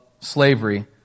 slavery